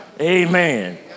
Amen